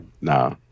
nah